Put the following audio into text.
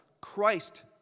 Christ